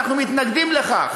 ואנחנו מתנגדים לכך,